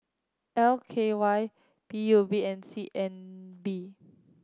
L K Y P U B and C N B